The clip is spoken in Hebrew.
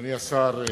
אדוני השר,